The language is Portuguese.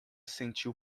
sentiu